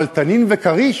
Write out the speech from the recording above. אבל "תנין" ו"כריש",